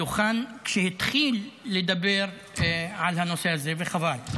מהדוכן, כשהתחיל לדבר על הנושא הזה וחבל.